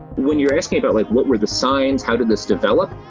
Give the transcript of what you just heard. when you're asking about, like, what were the signs? how did this develop?